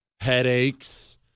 Headaches